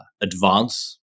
advance